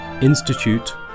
Institute